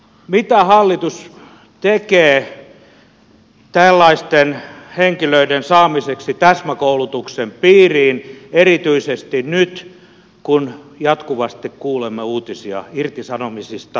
mitä hallitus tekee tällaisten henkilöiden saamiseksi täsmäkoulutuksen piiriin erityisesti nyt kun jatkuvasti kuulemme uutisia irtisanomisista